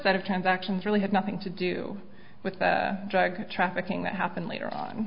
set of transactions really had nothing to do with the drug trafficking that happened later on